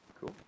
Cool